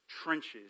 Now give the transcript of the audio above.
trenches